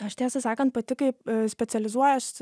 aš tiesą sakant pati kaip specializuojuosi